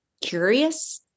curious